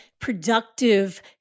productive